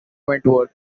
wentworth